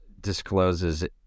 discloses